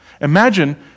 Imagine